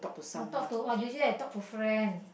I talk to oh usually I talk to friends